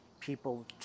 people